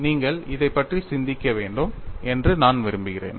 நீங்கள் இதைப் பற்றி சிந்திக்க வேண்டும் என்று நான் விரும்புகிறேன்